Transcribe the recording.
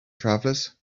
travelers